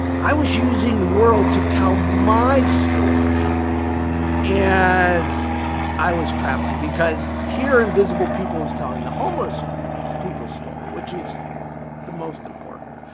i was using world to tell my story as i was traveling. because here invisible people is telling the homeless people story, which is the most important.